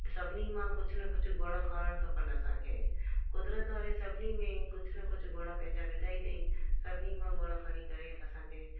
सभिनी मां कुझु न कुझु गुण खणण खपेनि असांखे क़ुदिरत वारे सभिनी में कुझु न कुझु गुण पंहिंजा विधा ई अथेई सभिनी मां गुण खणी करे असांखे